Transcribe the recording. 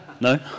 No